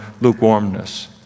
lukewarmness